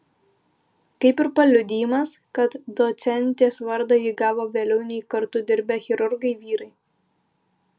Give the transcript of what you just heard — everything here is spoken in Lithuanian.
kaip ir paliudijimas kad docentės vardą ji gavo vėliau nei kartu dirbę chirurgai vyrai